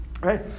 Right